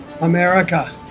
America